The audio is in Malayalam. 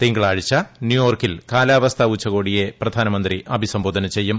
തിങ്കളാഴ്ച ന്യൂയോർക്കിൽ കാലാവസ്ഥാ ഉച്ചകോടിയെ പ്രധാനമന്ത്രി അഭിസംബോധന ചെയ്യും